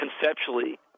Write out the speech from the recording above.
conceptually